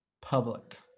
public